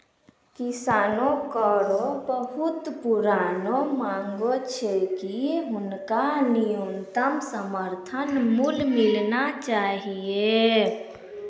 किसानो केरो बहुत पुरानो मांग छै कि हुनका न्यूनतम समर्थन मूल्य मिलना चाहियो